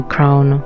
Crown